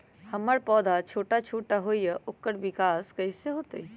हमर पौधा छोटा छोटा होईया ओकर विकास कईसे होतई?